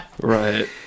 Right